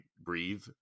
breathe